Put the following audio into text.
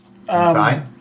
inside